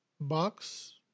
Box